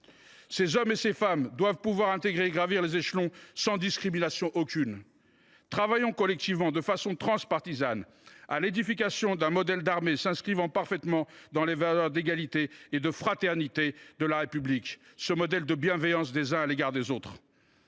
Ces hommes et ces femmes doivent pouvoir intégrer et gravir les échelons sans discrimination aucune. Travaillons collectivement, de façon transpartisane, à l’édification d’un modèle d’armée s’inscrivant parfaitement dans les valeurs d’égalité et de fraternité de la République, modèle de bienveillance des uns à l’égard des autres.